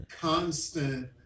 constant